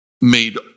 made